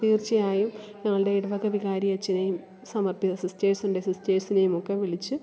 തീര്ച്ചയായും ഞങ്ങളുടെ ഇടവക വികാരി അച്ഛനെയും സമര്പ്പിത സിസ്റ്റേസുണ്ട് സിസ്റ്റേസിനെയും ഒക്കെ വിളിച്ച്